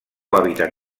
hàbitat